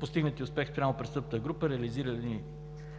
Постигнатият успех спрямо престъпната група,